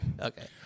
Okay